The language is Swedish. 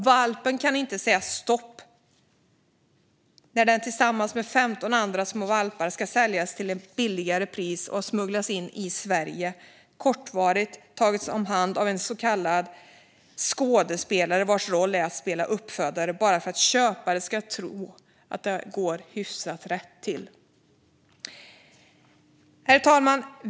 Valpen kan inte säga stopp när den tillsammans med 15 andra små valpar ska säljas till ett lägre pris och smugglas in i Sverige och kortvarigt tas om hand av en så kallad skådespelare, vars roll är att spela uppfödare bara för att köpare ska tro att det går hyfsat rätt till. Herr talman!